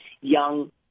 young